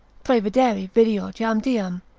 praevidere videor jam diem,